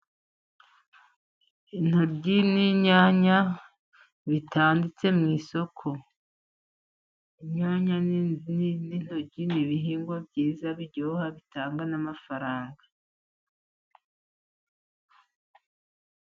Intoryi n'inyanya bitanditse mu isoko. Inyanya n'intoryi ni ibihingwa byiza biryoha, bitanga n'amafaranga.